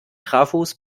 trafos